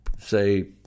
say